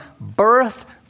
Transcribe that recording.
birth